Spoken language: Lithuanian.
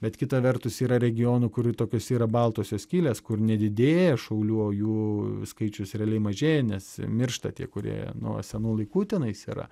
bet kita vertus yra regionų kurių tokios yra baltosios skylės kur nedidėja šaulių o jų skaičius realiai mažėja nes miršta tie kurie nuo senų laikų tenais yra